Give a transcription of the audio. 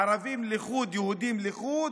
ערבים לחוד, יהודים לחוד,